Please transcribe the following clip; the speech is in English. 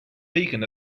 beacon